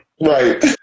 Right